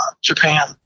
Japan